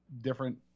different